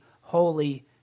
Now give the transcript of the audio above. holy